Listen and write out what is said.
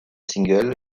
singles